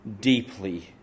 deeply